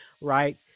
right